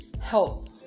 help